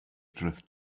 drift